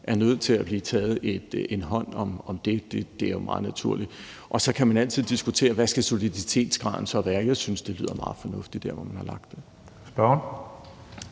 er nødt til at blive taget hånd om det, er jo meget naturligt. Så kan man altid diskutere, hvad soliditetsgraden skal være. Jeg synes, det virker meget fornuftigt der, hvor man har lagt det.